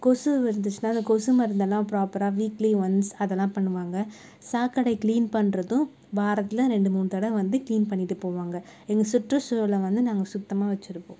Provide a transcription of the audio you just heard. கொசு வந்துச்சுனா அந்த கொசு மருந்தெல்லாம் ப்ராப்பராக வீக்லி ஒன்ஸ் அதெல்லாம் பண்ணுவாங்க சாக்கடை கிளீன் பண்ணுறதும் வாரத்தில் ரெண்டு மூணு தடவை வந்துட்டு கிளீன் பண்ணிவிட்டு போவாங்க எங்கள் சுற்றுசூழலை வந்து நாங்கள் சுத்தமாக வச்சுருப்போம்